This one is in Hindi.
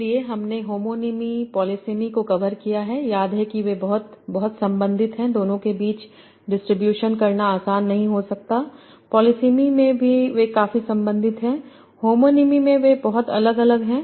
इसलिए हमने होमोनीमी पोलिसेमी को कवर किया है याद है कि वे बहुत बहुत संबंधित हैं दोनों के बीच डिस्ट्रीब्यूशन करना आसान नहीं हो सकता है पोलिसेमी में वे काफी संबंधित हैं होमोनीमी में वे बहुत अलग हैं